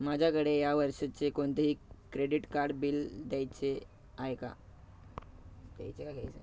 माझ्याकडे या वर्षाचे कोणतेही क्रेडीट कार्ड बिल द्यायचे आहे का द्यायचे का घ्यायचं